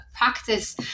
practice